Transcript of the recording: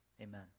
amen